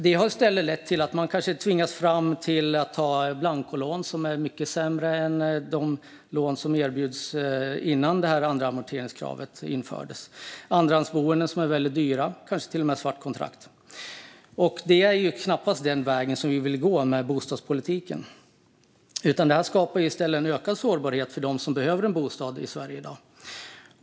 Det har i stället lett till att man kanske tvingas ta ett blancolån som är mycket sämre än de lån som erbjöds innan det andra amorteringskravet infördes eller att man tvingas till andrahandsboenden, kanske till och med svartkontrakt, som är väldigt dyra. Det är knappast den väg som vi vill gå med bostadspolitiken. Det här skapar en ökad sårbarhet för dem som behöver en bostad i Sverige i dag.